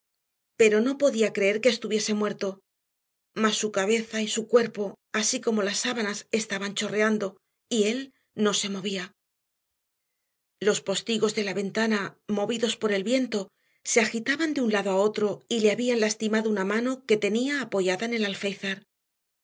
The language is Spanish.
pero no podía creer que estuviese muerto mas su cabeza y su cuerpo así como las sábanas estaban chorreando y él no se movía los postigos de la ventana movidos por el viento se agitaban de un lado a otro y le habían lastimado una mano que tenía apoyada en el alféizar